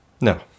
No